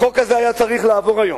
החוק הזה היה צריך לעבור היום.